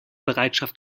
bereitschaft